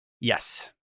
Yes